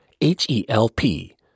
H-E-L-P